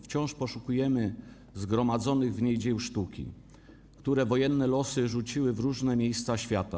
Wciąż poszukujemy zgromadzonych w niej dzieł sztuki, które wojenne losy rzuciły w różne miejsca świata.